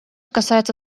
касается